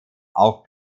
auch